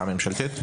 ממשלתית.